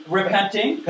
repenting